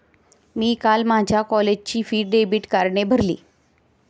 मी काल माझ्या कॉलेजची फी डेबिट कार्डने भरली